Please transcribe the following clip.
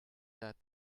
that